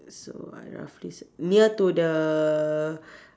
so I roughly cir~ near to the